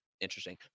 interesting –